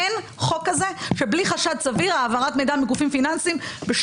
אין חוק כזה של העברת גופים מידע מגופים פיננסיים בלי חשד סביר.